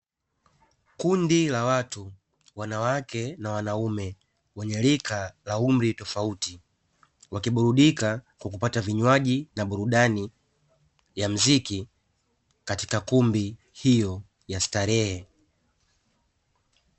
Kundi la watu; wanawake na wanaume, wenye rika la umri tofauti, wakiburudika kwa kupata vinywaji na burudani ya muziki katika kumbi hiyo ya starehe.